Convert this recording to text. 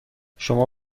شما